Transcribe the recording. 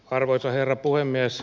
arvoisa herra puhemies